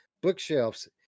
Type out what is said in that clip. bookshelves